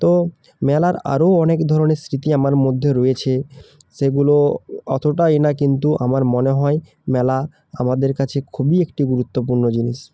তো মেলার আরও অনেক ধরনের স্মৃতি আমার মধ্যে রয়েছে সেগুলো অতোটা ই না কিন্তু আমার মনে হয় মেলা আমাদের কাছে খুবই একটি গুরুত্বপূর্ণ জিনিস